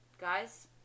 guys